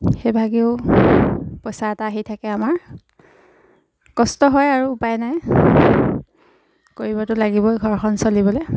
সেইভাগেও পইচা এটা আহি থাকে আমাৰ কষ্ট হয় আৰু উপায় নাই কৰিবতো লাগিবই ঘৰখন চলিবলৈ